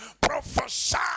prophesy